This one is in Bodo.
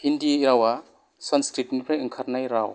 हिन्दी रावा संस्कृतनिफ्राय ओंखारनाय राव